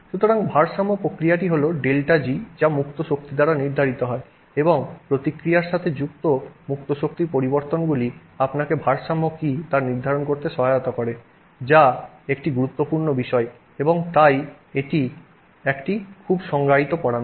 সুতরাং ভারসাম্য প্রক্রিয়াটি হল ΔG যা মুক্ত শক্তি দ্বারা নির্ধারিত হয় এবং প্রতিক্রিয়ার সাথে যুক্ত মুক্ত শক্তির পরিবর্তনগুলি আপনাকে ভারসাম্য কী তা নির্ধারণ করতে সহায়তা করে যা একটি গুরুত্বপূর্ণ বিষয় এবং তাই এটি একটি খুব সংজ্ঞায়িত পরামিতি